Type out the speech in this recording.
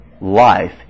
life